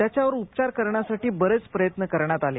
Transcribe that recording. त्याच्यावर उपचार करण्यासाठी बरेच प्रयत्न करण्यात आले